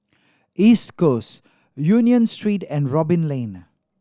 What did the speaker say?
East Coast Union Street and Robin Lane